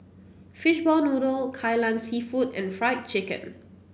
Fishball Noodle Kai Lan seafood and Fried Chicken